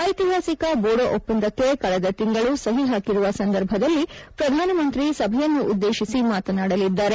ಐತಿಹಾಸಿಕ ಬೋಡೋ ಒಪ್ಪಂದಕ್ಕೆ ಕಳೆದ ತಿಂಗಳು ಸಹಿ ಹಾಕಿರುವ ಸಂದರ್ಭದಲ್ಲಿ ಪ್ರಧಾನಮಂತ್ರಿ ಸಭೆಯನ್ನು ಉದ್ದೇಶಿಸಿ ಮಾತನಾಡಲಿದ್ದಾರೆ